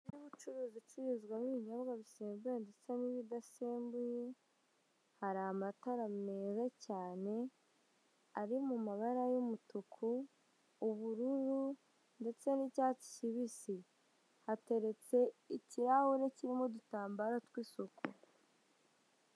Inzu y'ubucuruzi icururizwamo ibinyobwa bisembeye ndetse n'ibidasembuye, hari amatara meza cyane ari mu mabara y'umutuku, ubururu, ndetse n'icyatsi kibisi. Hateretse ikirahure kirimo udutamabaro tw'isuku.